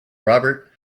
robert